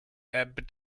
ebb